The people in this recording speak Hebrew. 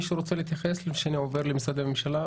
מישהו רוצה להתייחס או שאעבור למשרדי הממשלה?